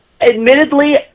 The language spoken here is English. Admittedly